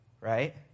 right